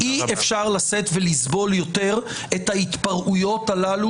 אי אפשר לשאת ולסבול יותר את ההתפרעויות הללו